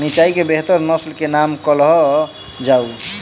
मिर्चाई केँ बेहतर नस्ल केँ नाम कहल जाउ?